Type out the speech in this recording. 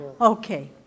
okay